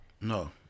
No